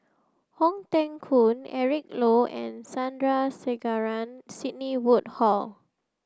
Ong Teng Koon Eric Low and Sandrasegaran Sidney Woodhull